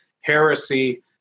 heresy